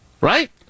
Right